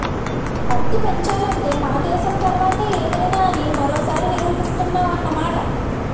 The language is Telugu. పత్తి పెంచాలంటే మన దేశం తర్వాతే ఏదైనా అని మరోసారి నిరూపిస్తున్నావ్ అన్నమాట